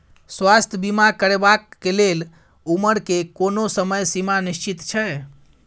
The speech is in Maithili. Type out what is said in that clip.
स्वास्थ्य बीमा करेवाक के लेल उमर के कोनो समय सीमा निश्चित छै?